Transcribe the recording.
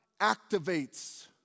activates